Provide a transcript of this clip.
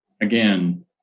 Again